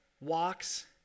walks